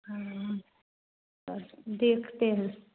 हाँ देखते हैं